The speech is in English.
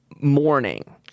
morning